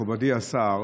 מכובדי השר,